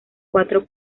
cuatro